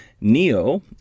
Neo